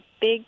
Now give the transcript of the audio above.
big